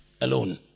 alone